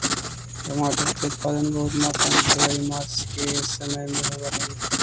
टमाटर के उत्पादन बहुत मात्रा में फरवरी मार्च के समय में होवऽ हइ